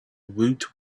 woot